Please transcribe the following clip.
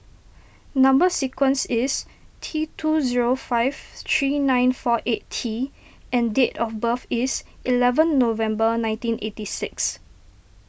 Number Sequence is T two zero five three nine four eight T and date of birth is eleven November nineteen eighty six